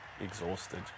exhausted